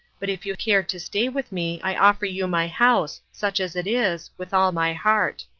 but if you care to stay with me i offer you my house, such as it is, with all my heart.